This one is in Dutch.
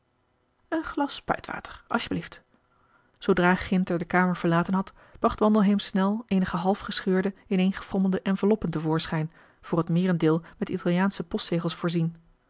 een glas spuitwater asjeblieft zoodra ginter de kamer verlaten had bracht wandelheem snel eenige half gescheurde ineengefrommelde marcellus emants een drietal novellen enveloppen te voorschijn voor t meerendeel met italiaansche postzegels voorzien